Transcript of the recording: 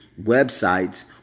websites